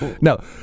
No